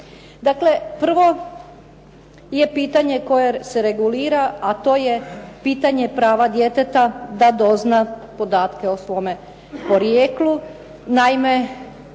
Dakle, prvo je pitanje koje se regulira, a to je pitanje prava djeteta da dozna podatke o svome porijeklu. Naime,